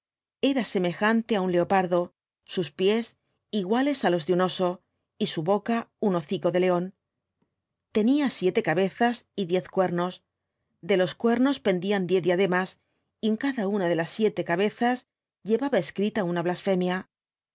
era semejante á un leopardo sus pies iguales á los de un oso y su boca uii hocico de león tenía siete cabezas y diez cuernos de los cuernos pendían diez diademas y en cada una de v bljvyoo ibáñhiz las siete cabezas llevaba escrita una blasfemia